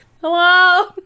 hello